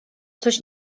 coś